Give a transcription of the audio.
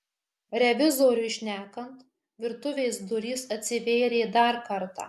revizoriui šnekant virtuvės durys atsivėrė dar kartą